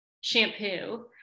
shampoo